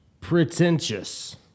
Pretentious